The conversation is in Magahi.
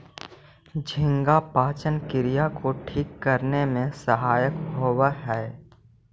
झींगा पाचन क्रिया को ठीक करने में सहायक होवअ हई